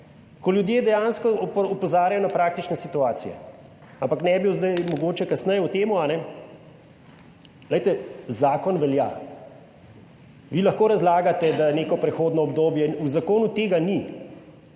ko ljudje dejansko opozarjajo na praktične situacije - ampak ne bi zdaj, mogoče kasneje o tem. Glejte, zakon velja. Vi lahko razlagate, da neko prehodno obdobje in v zakonu tega ni,